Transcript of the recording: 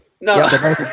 No